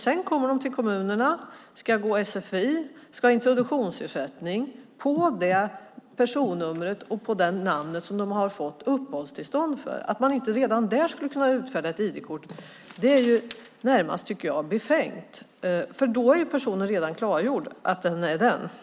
Sedan kommer de till kommunerna, ska gå sfi och ska ha introduktionsersättning på det personnummer och det namn som de har fått uppehållstillstånd för. Att man inte redan där skulle kunna utfärda ett ID-kort är närmast befängt, tycker jag. Då är det ju redan klargjort att det är den personen.